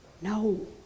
No